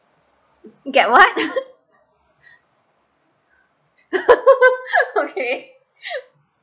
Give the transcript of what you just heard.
get what okay